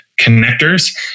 connectors